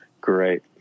Great